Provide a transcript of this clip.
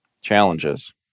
challenges